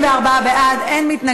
(תיקון,